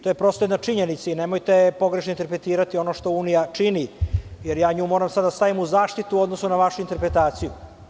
To je jedna činjenica i nemojte pogrešno interpretirati ono što EU čini, jer ja nju moram sada da stavim u zaštitu u odnosu na vašu interpretaciju.